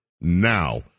Now